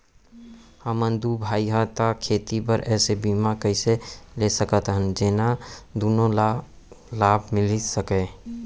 हमन दू भाई हन ता खेती बर ऐसे बीमा कइसे ले सकत हन जेमा दूनो ला लाभ मिलिस सकए?